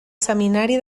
seminari